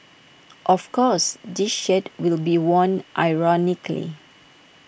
of course this shirt will be worn ironically